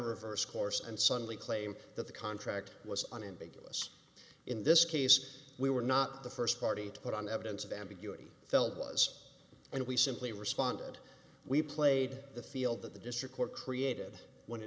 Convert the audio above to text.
reverse course and suddenly claim that the contract was unambiguous in this case we were not the first party to put on evidence of ambiguity felt was and we simply responded we played the field that the district court created when